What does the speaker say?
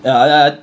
ya I